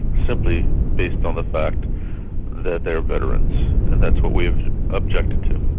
simply based on the fact that they're veterans. and that's what we ah objected to.